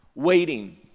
waiting